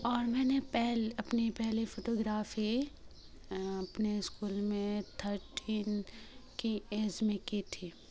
اور میں نے اپنی پہلی فوٹو گرافی ی اپنے اسکول میں تھرٹین کی ایج میں کی تھی